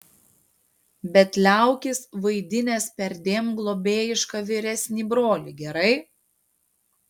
bet liaukis vaidinęs perdėm globėjišką vyresnį brolį gerai